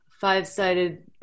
five-sided